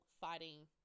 fighting